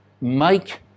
Make